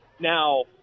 Now